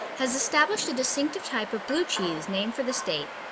has established a distinctive type of blue cheese named for the state.